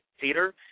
Theater